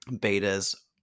beta's